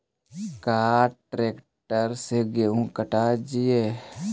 का ट्रैक्टर से गेहूं कटा जितै?